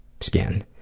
skin